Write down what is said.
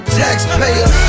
taxpayer